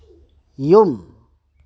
ꯌꯨꯝ